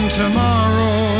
tomorrow